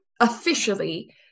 officially